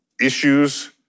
issues